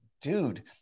dude